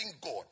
God